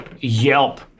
yelp